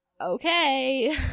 okay